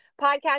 podcast